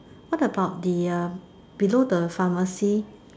what about the uh below the pharmacy